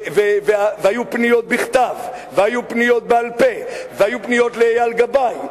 והיו פניות בכתב והיו פניות בעל-פה והיו פניות לאייל גבאי,